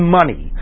money